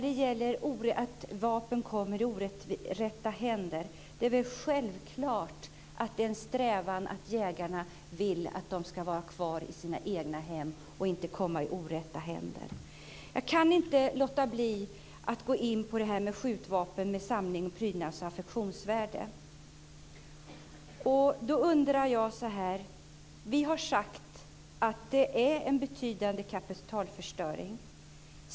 Det är väl självklart att jägarna vill att vapnen ska vara kvar i deras hem i stället för att hamna i orätta händer. Jag kan inte låta bli att gå in på detta med skjutvapen med samlar-, prydnads och affektionsvärde. Vi har sagt att det är en betydande kapitalförstöring.